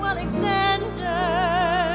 Alexander